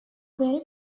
very